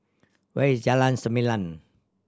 where is Jalan Selimang